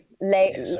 later